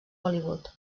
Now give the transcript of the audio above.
hollywood